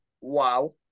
Wow